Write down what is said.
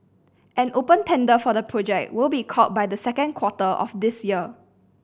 an open tender for the project will be called by the second quarter of this year